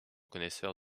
connaisseur